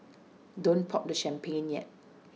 don't pop the champagne yet